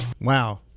Wow